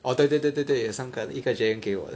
orh 对对对对对三个一个 Jayen 给我的